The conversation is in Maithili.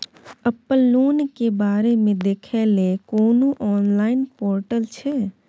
अपन लोन के बारे मे देखै लय कोनो ऑनलाइन र्पोटल छै?